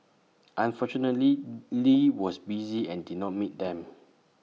unfortunately lee was busy and did not meet them